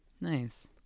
Nice